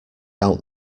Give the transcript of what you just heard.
out